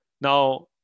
Now